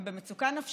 הם במצוקה נפשית,